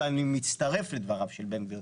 ואני מצטרף לדבריו של בן גביר.